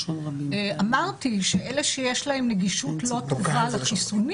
אמרתי שאלה שיש להם נגישות לא טובה לחיסונים